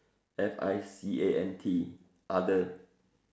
F I C A N T other